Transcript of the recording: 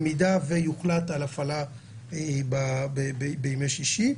במידה ויוחלט על הפעלה בימי שישי.